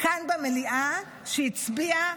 -- כאן במליאה שהצביעה